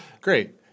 Great